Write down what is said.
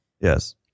Yes